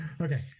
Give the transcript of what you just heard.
Okay